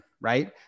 right